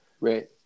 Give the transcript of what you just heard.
right